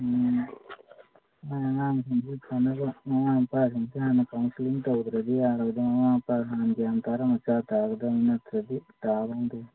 ꯎꯝ ꯃꯣꯏ ꯑꯉꯥꯡꯁꯤꯡꯁꯨ ꯐꯅꯕ ꯃꯃꯥ ꯃꯄꯥꯁꯤꯡꯁꯨ ꯍꯥꯟꯅ ꯀꯥꯎꯟꯁꯦꯂꯤꯡ ꯇꯧꯗ꯭ꯔꯗꯤ ꯌꯥꯔꯣꯏꯗ ꯃꯃꯥ ꯃꯄꯥ ꯍꯥꯟꯅ ꯒ꯭ꯌꯥꯟ ꯇꯥꯔꯥ ꯃꯆꯥ ꯇꯥꯒꯗꯝꯅꯤ ꯅꯠꯇ꯭ꯔꯗꯤ ꯅꯠꯇ꯭ꯔꯗꯤ ꯇꯥꯕ ꯍꯧꯅꯗꯦꯗ